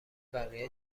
بقیه